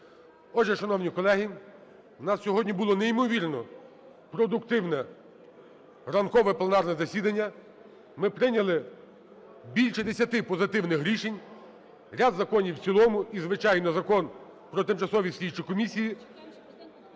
Отже, шановні колеги, у нас сьогодні було неймовірно продуктивне ранкове пленарне засідання. Ми прийняли більше 10 позитивних рішень, ряд законів в цілому і, звичайно, Закон про тимчасові слідчі комісії.